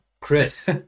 Chris